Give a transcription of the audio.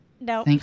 no